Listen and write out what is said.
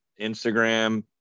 instagram